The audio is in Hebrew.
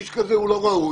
איש כזה לא ראוי.